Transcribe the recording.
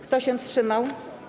Kto się wstrzymał?